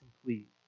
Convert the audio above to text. complete